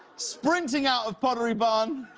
sprinting out of pottery barn.